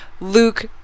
Luke